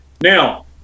Now